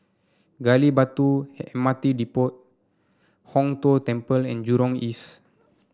Gali Batu M R T Depot Hong Tho Temple and Jurong East